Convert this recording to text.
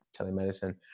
telemedicine